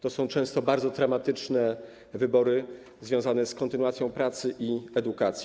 To są często bardzo traumatyczne wybory, związane z kontynuacją pracy i edukacji.